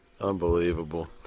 Unbelievable